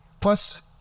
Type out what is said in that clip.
Plus